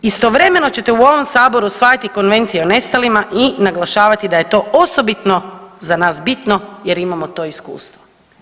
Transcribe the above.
Istovremeno ćete u ovom Saboru usvajati konvencije o nestalima i naglašavati da je to osobitno za nas bitno jer imamo to iskustvo.